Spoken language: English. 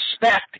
respect